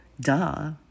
duh